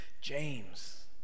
James